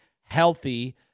healthy